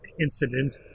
incident